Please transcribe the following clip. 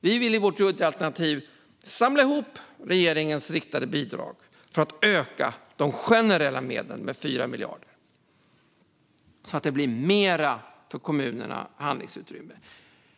Vi vill i vårt budgetalternativ samla ihop regeringens riktade bidrag för att öka de generella medlen med 4 miljarder så att det blir mer handlingsutrymme för kommunerna.